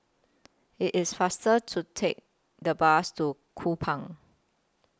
IT IS faster to Take The Bus to Kupang